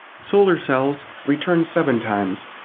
solar cells return seven times.